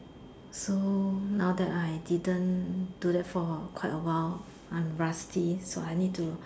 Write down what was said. so now that I didn't do that for quite a while I'm rusty so I need to